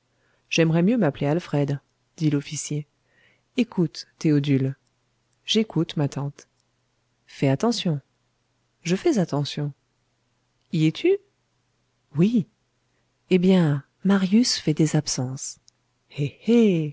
j'aimerais mieux m'appeler alfred dit l'officier écoute théodule j'écoute ma tante fais attention je fais attention y es-tu oui eh bien marius fait des absences